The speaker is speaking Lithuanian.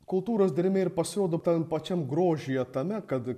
kultūros dermė ir pasirodo tam pačiam grožyje tame kad